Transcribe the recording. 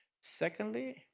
Secondly